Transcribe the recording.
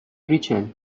ریچل